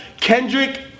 Kendrick